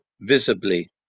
visibly